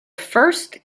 first